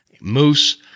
moose